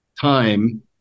time